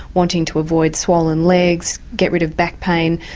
wanting to avoid swollen legs, get rid of back pain,